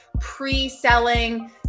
pre-selling